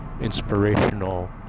inspirational